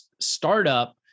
startup